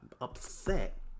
upset